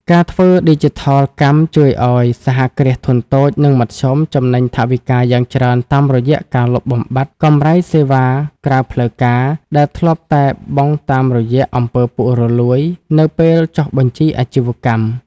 ការធ្វើឌីជីថលកម្មជួយឱ្យ សហគ្រាសធុនតូច និងមធ្យម ចំណេញថវិកាយ៉ាងច្រើនតាមរយៈការលុបបំបាត់ "កម្រៃសេវាក្រៅផ្លូវការ" ដែលធ្លាប់តែបង់តាមរយៈ អំពើពុករលួយ នៅពេលចុះបញ្ជីអាជីវកម្ម។